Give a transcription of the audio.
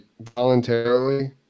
voluntarily